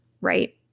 Right